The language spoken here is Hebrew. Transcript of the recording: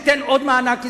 ניתן עוד מענק איזון,